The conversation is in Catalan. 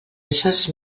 éssers